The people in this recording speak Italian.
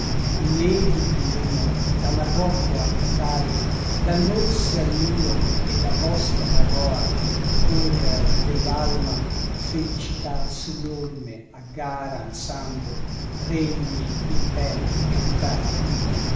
né vidi meno da marrocco al catai dall'orse al nilo e da boston a goa correr dell'alma felicità su l'orme a gara ansando regni imperi e ducati